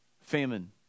Famine